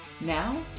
Now